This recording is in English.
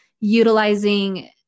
utilizing